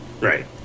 Right